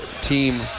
team